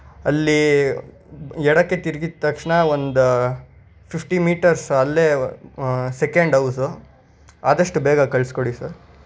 ಅಲ್ಲಿ ಎಡಕ್ಕೆ ತಿರ್ಗಿದ ತಕ್ಷಣ ಒಂದು ಫಿಫ್ಟಿ ಮೀಟರ್ಸ್ ಅಲ್ಲೇ ಸೆಕೆಂಡ್ ಔಸು ಆದಷ್ಟು ಬೇಗ ಕಳ್ಸಿ ಕೊಡಿ ಸರ್